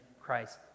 Christ